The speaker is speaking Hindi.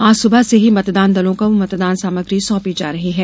आज सुबह से ही मतदान दलों को मतदान सामग्री सौंपी जा रही है